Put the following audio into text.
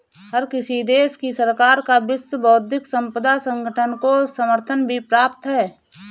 हर किसी देश की सरकार का विश्व बौद्धिक संपदा संगठन को समर्थन भी प्राप्त है